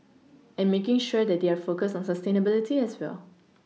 and making sure that they are focused on sustainability as well